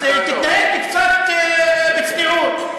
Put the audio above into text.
אז תתנהג קצת בצניעות.